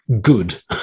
good